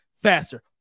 Faster